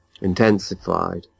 intensified